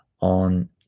on